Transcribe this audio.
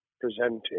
presenting